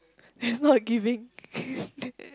it's not giving